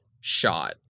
shot